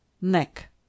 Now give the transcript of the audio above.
Neck